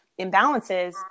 imbalances